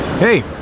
hey